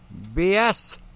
BS